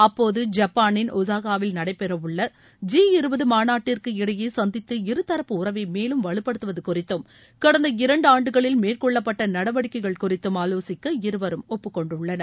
அப்போது ஜப்பானின் ஒசாகாவில் நடைபெறவுள்ள ஜி இருபது மாநாட்டிற்கு இடையே சந்தித்து இருதுப்பு உறவை மேலும் வலுப்படுத்துவது குறித்தும் கடந்த இரண்டு ஆண்டுகளில் மேற்கொள்ளப்பட்ட நடவடிக்கைகள் குறித்தும் ஆலோசிக்க இருவரும் ஒப்புக்கொண்டுள்ளனர்